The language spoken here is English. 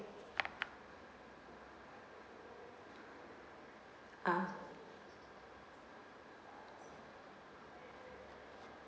ah